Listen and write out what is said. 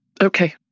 Okay